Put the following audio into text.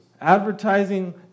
Advertising